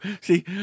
See